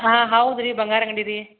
ಹಾಂ ಹೌದು ರೀ ಬಂಗಾರ ಅಂಗಡಿ ರೀ